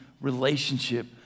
relationship